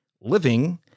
Living